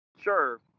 Sure